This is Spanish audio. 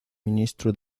ministro